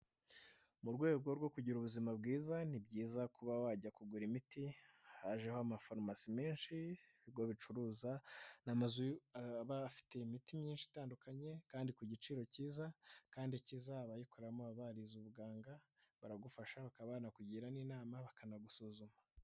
Mu rwego rwo kugira ubuzima bwiza, ni byiza kuba wajya kugura imiti, hajeho amafarumasi menshi, ibigo bicuruza, ni amazu aba afite imiti myinshi itandukanye kandi ku giciro cyiza, kandi ikiza abayikoramo baba barize ubuganga, baragufasha bakaba banakugira n'inama bakanagusuzuma.